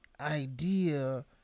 idea